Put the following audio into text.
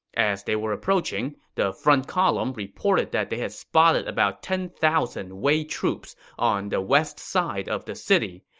as they were approaching, the front column reported that they had spotted about ten thousand wei troops on the west side of the city.